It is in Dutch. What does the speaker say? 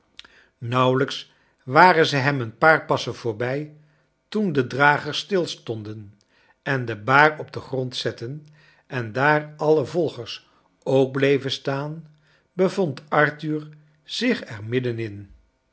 nauwelijks waren ze hem een paar passen voorbij toen de dragers stilstonden en de baar op den grond zetten en daar alle volgers ook bleven staan bevond arthur zich er midden